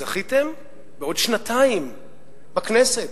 זכיתם בעוד שנתיים בכנסת.